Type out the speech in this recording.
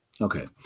Okay